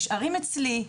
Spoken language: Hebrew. הם נשארים אצלי.